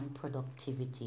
productivity